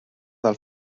del